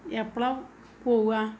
എപ്പോഴാണ് പോവുക്